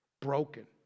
broken